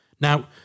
Now